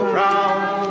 round